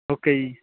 okay ਜੀ